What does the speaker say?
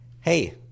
hey